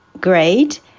great